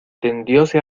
tendióse